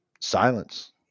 silence